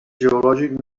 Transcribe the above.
geològic